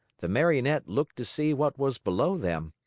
the marionette looked to see what was below them.